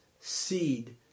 seed